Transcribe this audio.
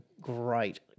great